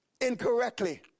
incorrectly